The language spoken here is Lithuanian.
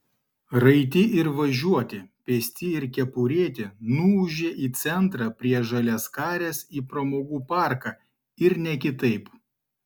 raiti ir važiuoti pėsti ir kepurėti nuūžė į centrą prie žaliaskarės į pramogų parką ir ne kitaip